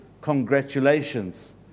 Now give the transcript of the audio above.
Congratulations